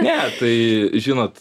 ne tai žinot